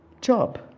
job